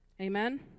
Amen